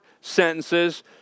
sentences